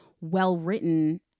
well-written